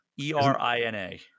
E-R-I-N-A